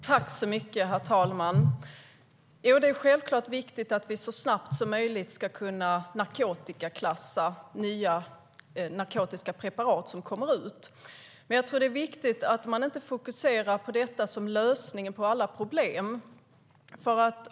Herr talman! Det är självklart viktigt att vi så snabbt som möjligt ska kunna narkotikaklassa nya narkotiska preparat som kommer ut. Men jag tror att det är viktigt att man inte fokuserar på detta som lösningen på alla problem.